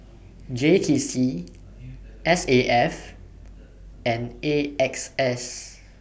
J T C S A F and A X S